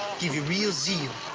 give you real zeal.